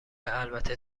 البته